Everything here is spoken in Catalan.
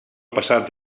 passat